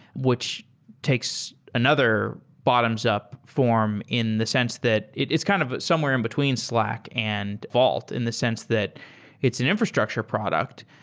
which takes another bottoms-up form in the sense that it's kind of somewhere in between slack and vault, in the sense that it's an infrastructure product,